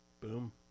boom